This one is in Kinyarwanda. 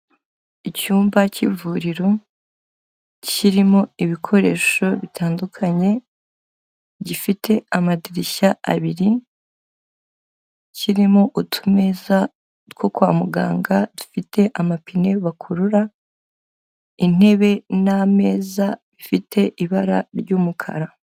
Icyumba cy'ivuriro kirimo ibikoresho bitandukanye gifite amadirishya abiri, kirimo utumeza two kwa muganga dufite amapine bakurura, intebe n'ameza bifite ibara ry'umukara.